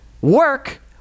Work